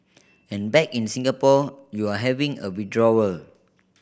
and back in Singapore you're having a withdrawal